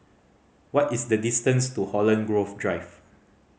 what is the distance to Holland Grove Drive